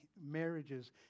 marriages